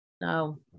No